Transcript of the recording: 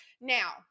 Now